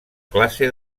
classe